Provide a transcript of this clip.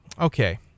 okay